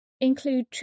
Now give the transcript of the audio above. Include